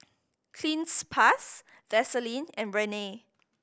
Cleanz Plus Vaselin and Rene